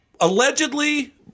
allegedly